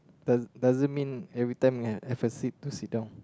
does doesn't mean every time have a seat to sit down